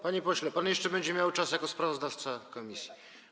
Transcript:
Panie pośle, pan jeszcze będzie miał czas jako sprawozdawca komisji.